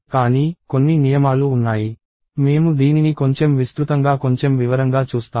కానీ కొన్ని నియమాలు ఉన్నాయి మేము దీనిని కొంచెం విస్తృతంగా కొంచెం వివరంగా చూస్తాము